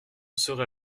serait